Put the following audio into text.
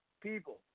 people